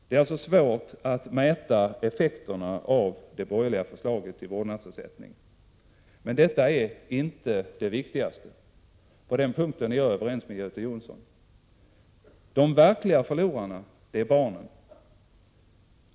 Det är alltså svårt att mäta effekterna av det borgerliga förslaget till vårdnadsersättning. Men detta är inte det viktigaste — på den punkten är jag överens med Göte Jonsson. De verkliga förlorarna är barnen.